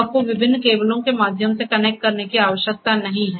आपको विभिन्न केबलों के माध्यम से कनेक्ट करने की आवश्यकता नहीं है